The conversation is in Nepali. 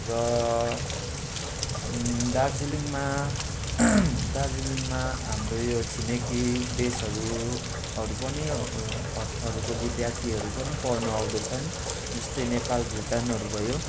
र दार्जिलिङमा दार्जिलिङमा हाम्रो यो छिमेकी देशहरू हरू पनि हरूको विद्यार्थीहरू पनि पढ्न आउँदछन् जस्तै नेपाल भुटानहरू भयो